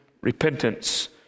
repentance